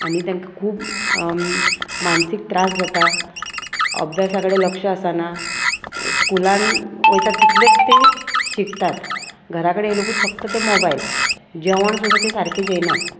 आनी तांकां खूब मानसीक त्रास जाता अभ्यासा कडेन लक्ष आसना स्कुलान वयता तितले ते शिकतात घरा कडेन लोकूत फक्त ते मोबायल जेवण सुद्दां ते सारके जेयनात